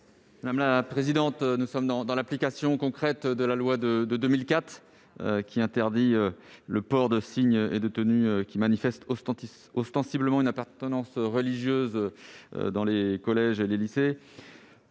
de la culture ? Nous sommes là dans l'application concrète de la loi de 2004, laquelle interdit le port de signes et de tenues qui manifestent ostensiblement une appartenance religieuse dans les collèges et dans les lycées.